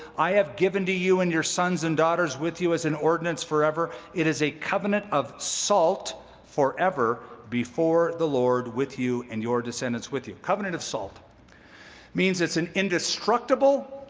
i have given to you and your sons and daughters with you as an ordinance forever it is a covenant of salt forever before the lord with you and your descendants with you the covenant of salt means it's an indestructible,